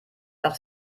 darf